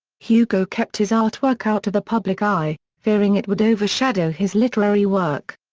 hugo kept his artwork out of the public eye, fearing it would overshadow his literary work.